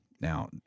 now